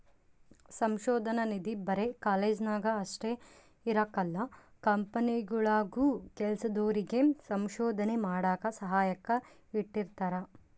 ಸಂಶೋಧನಾ ನಿಧಿ ಬರೆ ಕಾಲೇಜ್ನಾಗ ಅಷ್ಟೇ ಇರಕಲ್ಲ ಕಂಪನಿಗುಳಾಗೂ ಕೆಲ್ಸದೋರಿಗೆ ಸಂಶೋಧನೆ ಮಾಡಾಕ ಸಹಾಯಕ್ಕ ಇಟ್ಟಿರ್ತಾರ